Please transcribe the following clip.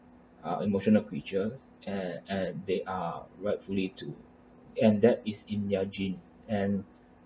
are emotional creature eh and they are rightfully to and that is in their genes and